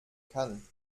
kann